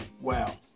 wow